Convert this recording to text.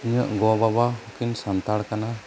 ᱤᱧᱟᱜ ᱜᱚ ᱵᱟᱵᱟ ᱠᱤᱱ ᱥᱟᱱᱛᱟᱲ ᱠᱟᱱᱟ